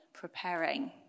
preparing